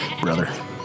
brother